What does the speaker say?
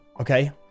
okay